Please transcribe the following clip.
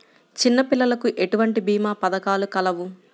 చిన్నపిల్లలకు ఎటువంటి భీమా పథకాలు కలవు?